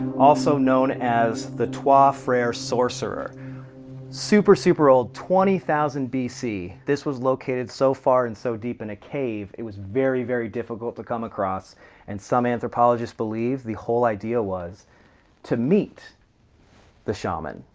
also known as the trois freres sorcerer super super old, twenty thousand bc. this was located so far and so deep into and a cave it was very very difficult to come across and some anthropologists believe the whole idea was to meet the shaman,